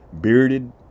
bearded